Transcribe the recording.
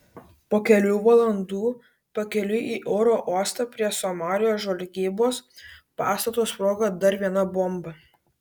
po kelių valandų pakeliui į oro uostą prie somalio žvalgybos pastato sprogo dar viena bomba